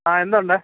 ആ എന്തുണ്ട്